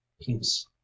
Peace